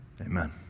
amen